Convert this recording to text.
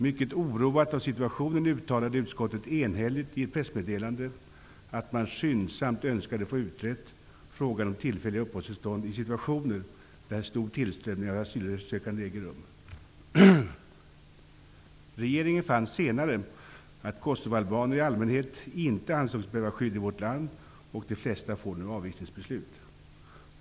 Mycket oroat av situationen uttalade utskottet i ett enhälligt pressmeddelande att man skyndsamt önskade få frågan utredd om tillfälliga uppehållstillstånd i situationer då stor tillströmning av asylsökande äger rum. Regeringen fann senare att kosovoalbaner i allmänhet inte ansågs behöva skydd i vårt land, och de flesta får nu avvisningsbeslut.